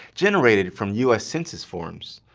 generated from us census forms.